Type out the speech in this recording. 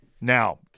Now